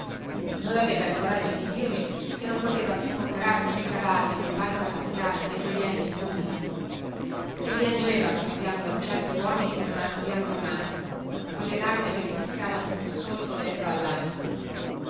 non aveva il coraggio di dirmi che non poteva più comperarmi nè cavalli nè palco alla scala nè gioielli nulla e piangeva come piangono certi uomini che non hanno pianto mai con quelle lagrime che vi scavano un solco dentro allanima